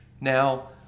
Now